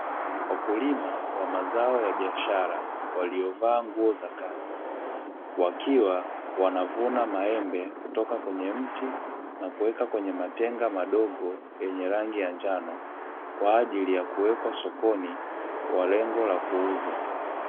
Wakulima wa mazao ya biashara, waliovaa nguo za kazi, wakiwa wanavuna maembe kutoka kwenye mti na kuweka katika matenga madogo yenye rangi ya njano, kwa ajili ya kuwekwa sokoni kwa lengo la kuuza.